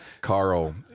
Carl